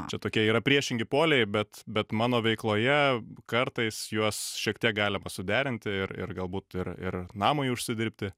čia tokie yra priešingi poliai bet bet mano veikloje kartais juos šiek tiek galima suderinti ir ir galbūt ir ir namui užsidirbti